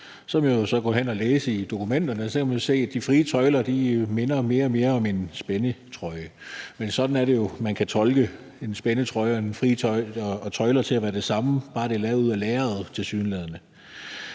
vil jeg gå hen og læse i dokumenterne, og der kan man jo se, at de frie tøjler mere og mere minder om en spændetrøje. Men sådan er det jo – man kan tolke en spændetrøje og frie tøjler som det samme, bare det er lavet ud af lærred, tilsyneladende.